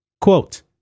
Quote